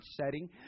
setting